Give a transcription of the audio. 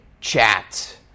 chat